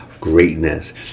greatness